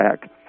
back